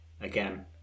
again